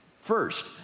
First